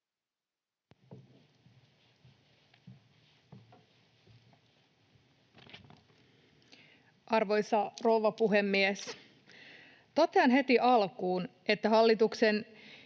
Arvoisa rouva puhemies! Totean heti alkuun, että hallituksen